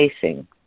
facing